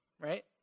right